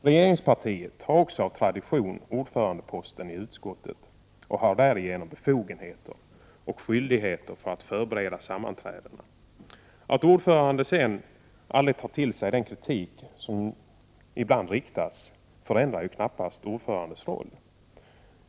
Regeringspartiet har också av tradition ordförandeposten i utskottet och har därigenom befogenheter och skyldigheter när det gäller att förbereda sammanträdena. Att ordföranden sedan aldrig tar till sig kritik när sådan ibland framförs förbättrar inte saken.